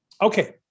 Okay